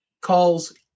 calls